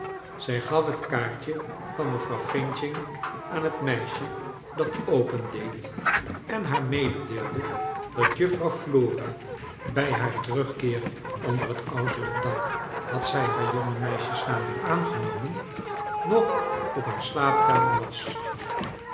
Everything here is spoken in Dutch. zij gaf het kaartje van mevrouw finching aan het meisje dat opendeed en haar meedeelde dat juffrouw l ora bij haar terugkeer onder het ouderlijk dak had zij haar jonge meisjesnaam weer aangenomen nog op haar slaapkamer was